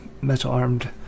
metal-armed